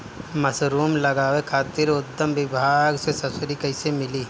Mushroom लगावे खातिर उद्यान विभाग से सब्सिडी कैसे मिली?